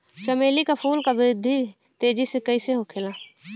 चमेली क फूल क वृद्धि तेजी से कईसे होखेला?